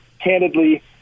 candidly